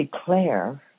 declare